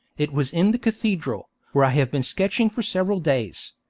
it was in the cathedral, where i have been sketching for several days.